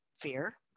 fear